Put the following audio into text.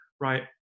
right